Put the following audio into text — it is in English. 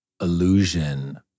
illusion